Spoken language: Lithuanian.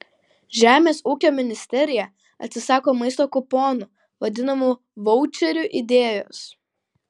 žemės ūkio ministerija atsisako maisto kuponų vadinamų vaučerių idėjos